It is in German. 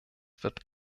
wird